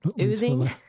Oozing